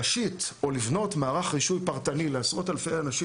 להשית או לבנות מערך רישוי פרטני לעשרות אלפי אנשים